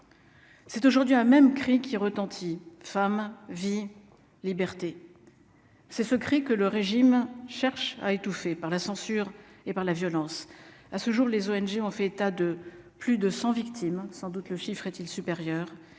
c'est aujourd'hui un même cri qui retentit femme vie liberté c'est ce cri que le régime cherche à étouffer par la censure et par la violence, à ce jour, les ONG ont fait état de plus de 100 victimes, sans doute, le chiffre est-il supérieur